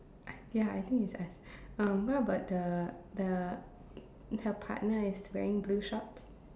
ya I think it's us um what about the the her partner is wearing blue shorts